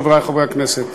חברי חברי הכנסת,